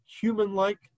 human-like